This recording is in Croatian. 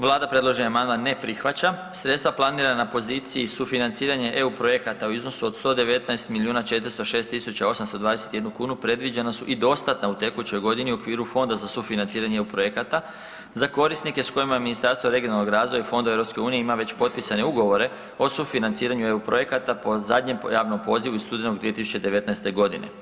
Vlada predloženi amandman ne prihvaća, sredstva planirana na poziciji sufinanciranje EU projekata u iznosu od 119 milijuna 406 tisuća 821 kunu predviđena i dostatna u tekućoj godini u okviru Fonda za sufinanciranje EU projekata za korisnike s kojima je Ministarstvo regionalnoga razvoja i fondova EU ima već potpisane ugovore o sufinanciranju EU projekata po zadnjem javnom pozivu iz studenog 2019. godine.